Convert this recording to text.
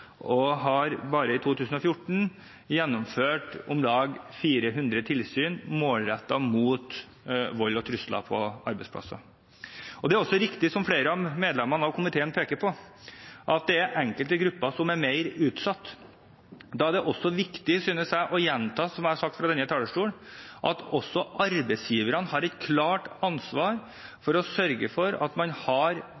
Bare i 2014 har de gjennomført om lag 400 tilsyn målrettet mot vold og trusler på arbeidsplasser. Det er også riktig, som flere av medlemmene i komiteen peker på, at det er enkelte grupper som er mer utsatt. Da synes jeg det er viktig å gjenta – som jeg har sagt fra denne talerstolen – at også arbeidsgiverne har et klart ansvar for å sørge for at man har